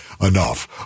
enough